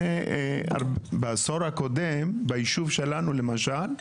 בעשור הקודם ביישוב שלנו למשל,